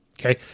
Okay